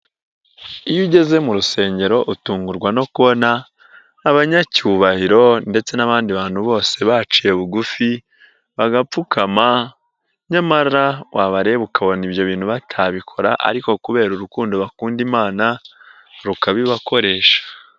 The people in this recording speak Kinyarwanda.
Iyo ugeze mu rusengero utungurwa no kubona abanyacyubahiro ndetse n'abandi bantu bose baciye bugufi, bagapfukama nyamara wabareba ukabona ibyo bintu batabikora ariko kubera urukundo bakunda Imana rukabibakoresha.